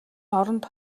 оронд